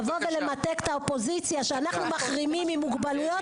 לבוא ולמתג את האופוזיציה שאנחנו מחרימים במוגבלויות,